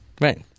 right